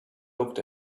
looked